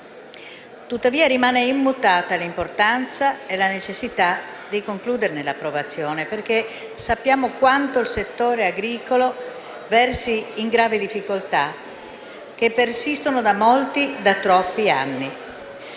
Tuttavia, rimane immutata l'importanza e la necessità di concluderne l'approvazione, perché sappiamo quanto il settore agricolo versi in gravi difficoltà che persistono da molti, da troppi anni.